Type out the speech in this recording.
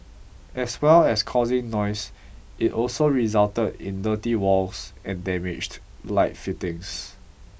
as well as causing noise it also resulted in dirty walls and damaged light fittings